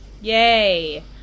Yay